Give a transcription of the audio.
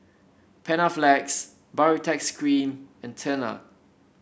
Panaflex Baritex Cream and Tena